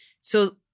So-